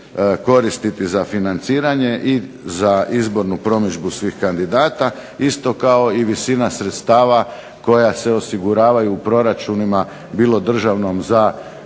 koristiti za financiranje i za izbornu promidžbu svih kandidata, isto kao i visina sredstava koja se osiguravaju u proračunima, bilo državnom, za